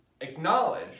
acknowledge